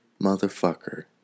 motherfucker